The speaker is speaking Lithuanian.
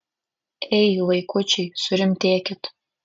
ei vaikučiai surimtėkit